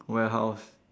warehouse